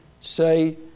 say